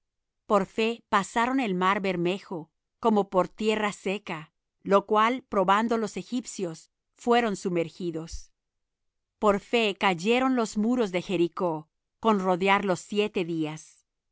por fe pasaron el mar bermejo como por tierra seca lo cual probando los egipcios fueron sumergidos por fe cayeron los muros de jericó con rodearlos siete días por